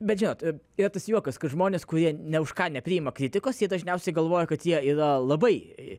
bet žinot yra tas juokas kad žmonės kurie nė už ką nepriima kritikos jie dažniausiai galvoja kad jie yra labai